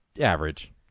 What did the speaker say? average